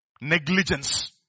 Negligence